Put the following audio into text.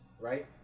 Right